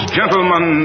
gentlemen